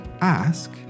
ask